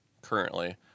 currently